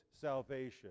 salvation